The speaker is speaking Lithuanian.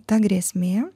ta grėsmė